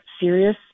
serious